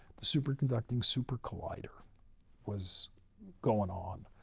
the superconducting super collider was going on.